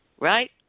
Right